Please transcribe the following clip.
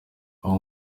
abo